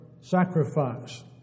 sacrifice